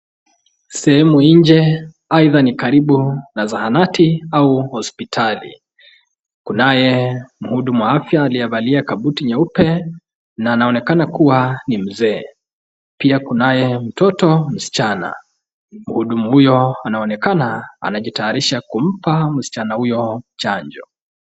Sehemu nje aidha ni karibu na zahanati au hospitali , kunaye mhuduma wa afya aliyevalia kabuti nyeupe na anaonekana kuwa ni mzee, pia kunaye mtoto msichana, mhudumu huyo anaonekana anajitayarisha kumpa msichana huyo chanjo.